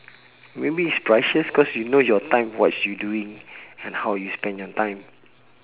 maybe it's priceless cause you know your time what you doing and how you spend your time